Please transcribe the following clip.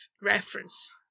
reference